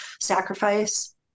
sacrifice